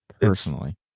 Personally